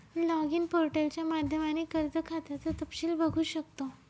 login पोर्टलच्या माध्यमाने कर्ज खात्याचं तपशील बघू शकतो